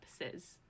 purposes